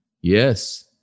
Yes